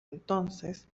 entonces